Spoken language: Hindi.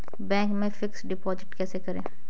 बैंक में फिक्स डिपाजिट कैसे करें?